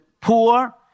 poor